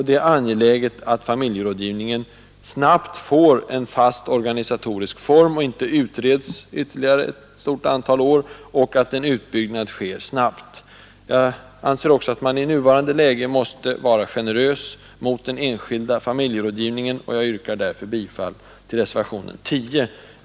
Det är angeläget att familjerådgivningen snabbt får en fast organisatorisk form, och inte utreds ytterligare i många år, och att en utbyggnad sker snabbt. Jag anser också att man i nuvarande bristläge måste vara generös mot den enskilda familjerådgivningen. Jag yrkar därför bifall till reservationen 10.